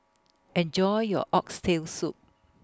Enjoy your Oxtail Soup